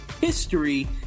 history